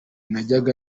najyaga